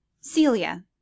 Celia